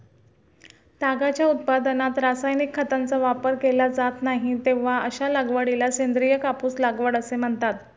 तागाच्या उत्पादनात रासायनिक खतांचा वापर केला जात नाही, तेव्हा अशा लागवडीला सेंद्रिय कापूस लागवड असे म्हणतात